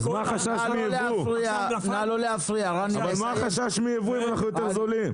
אבל מה החשש מייבוא, אם אנחנו יותר זולים?